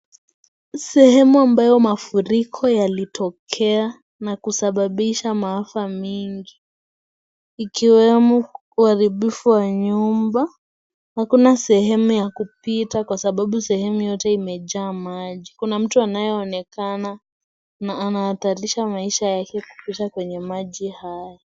Sehemu ambayo mafuriko yalitokea na kusababisha maafa mingi. Ikiwemo, uharibifu wa nyumba, hakuna sehemu ya kupita kwa sababu, sehemu yote imejaa maji. Kuna mtu anayeonekana na anahatarisha maisha yake kupita kwenye maji hayo.